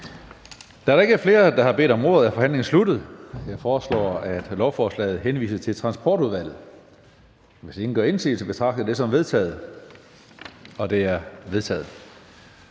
Da der ikke er flere, der har bedt om ordet, er forhandlingen sluttet. Jeg foreslår, at lovforslaget henvises til Transportudvalget. Hvis ingen gør indsigelse, betragter jeg det som vedtaget. Det er vedtaget.